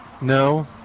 No